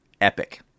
epic